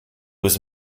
was